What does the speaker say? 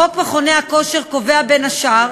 חוק מכוני כושר קובע, בין השאר,